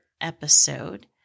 episode